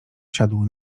siadł